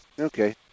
okay